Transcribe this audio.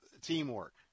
teamwork